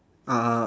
uh